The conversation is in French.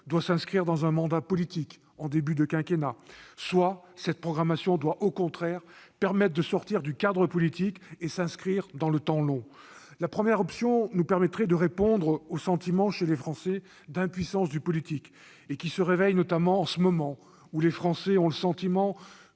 s'inscrit dans un mandat politique, en début du quinquennat ; soit elle permet au contraire de sortir du cadre politique en s'inscrivant dans le temps long. La première option nous permettrait de répondre au sentiment chez les Français d'impuissance du politique, qui se réveille notamment en ce moment, où les Français ont l'impression